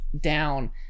down